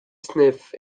sniff